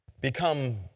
become